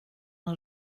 har